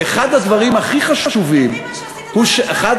לפי מה שעשיתם עד עכשיו, עדיף שלא תעשו יותר.